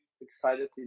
excited